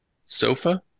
sofa